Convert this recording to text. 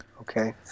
okay